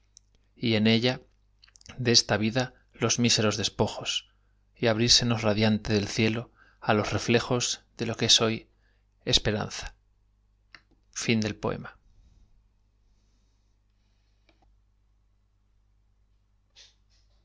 y en ella de esta vida los míseros despojos y abrírsenos radiante del cielo á los reflejos lo que es hoy esperanza